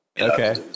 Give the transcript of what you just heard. Okay